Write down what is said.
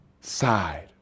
side